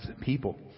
people